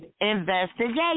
Investigation